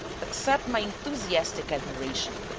accept my enthusiastic admiration.